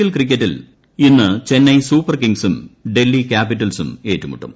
L ക്രിക്കറ്റിൽ ഇന്ന് Chennai super കിങ്സും ഡൽഹി ക്യാപിറ്റൽസും ഏറ്റുമുട്ടും